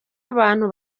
abantu